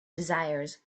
desires